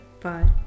bye